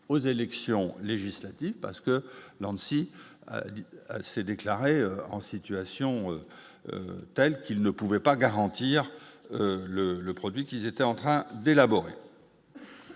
aux élections législatives parce que l'y dit s'est déclaré en situation telle qu'il ne pouvait pas garantir le le produit qu'ils étaient en train d'élaborer